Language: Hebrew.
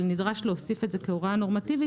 אבל נדרש להוסיף את זה כהוראה נורמטיבית